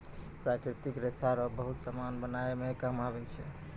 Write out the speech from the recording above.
प्राकृतिक रेशा रो बहुत समान बनाय मे काम आबै छै